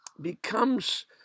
becomes